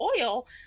oil